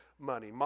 money